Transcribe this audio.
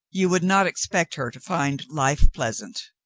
you would not expect her to find life pleasant